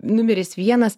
numeris vienas